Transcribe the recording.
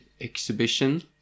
exhibition